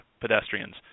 pedestrians